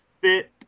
fit